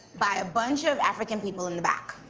by a bunch of african people in the back.